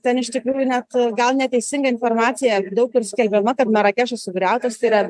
ten iš tikrųjų net gal neteisinga informacija daug kur skelbiama kad marakešas sugriautas tai yra